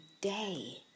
day